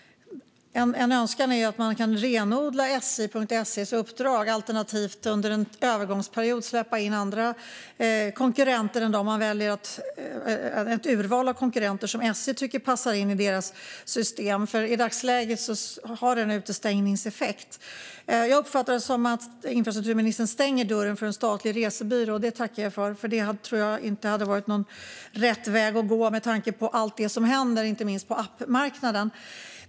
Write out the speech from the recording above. En önskan är att man kan renodla sj.se:s uppdrag alternativt under en övergångsperiod släppa in andra konkurrenter än det urval av konkurrenter som SJ tycker passar in i deras system. I dagsläget har det en utestängningseffekt. Jag uppfattar det som att infrastrukturministern stänger dörren för en statlig resebyrå, och det tackar jag för. Det hade inte varit rätt väg att gå med tanke på allt det som händer inte minst på appmarknaden.